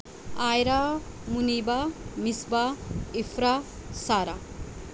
Aira Muniba Misbah Afrah Sara